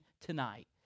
tonight